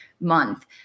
month